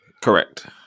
Correct